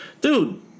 dude